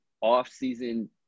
off-season